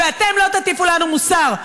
ואתם לא תטיפו לנו מוסר,